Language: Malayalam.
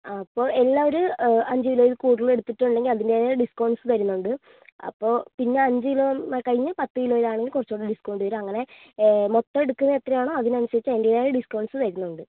അപ്പോൾ എല്ലാം ഒരു അഞ്ച് കിലോയിൽ കൂടുതൽ എടുത്തിട്ടുണ്ടെങ്കിൽ അതിൻ്റെതായ ഡിസ്കൗണ്ട്സ് തരുന്നുണ്ട് അപ്പോൾ പിന്നെ അഞ്ച് കിലോ കഴിഞ്ഞ് പത്തു കിലോ ആണെങ്കിൽ കുറച്ച് കൂടി ഡിസ്കൗണ്ട് തരും അങ്ങനെ മൊത്തം എടുക്കുന്ന എത്രയാണോ അതിനനുസരിച്ച് അതിൻ്റെതായ ഡിസ്കൗണ്ട്സ് തരുന്നുണ്ട്